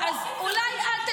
ולא רוצה שהוא יבוא,